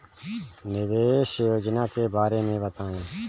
निवेश योजना के बारे में बताएँ?